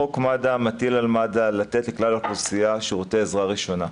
חוק מד"א מטיל על מד"א לתת לכלל האוכלוסייה שירותי עזרה ראשונה,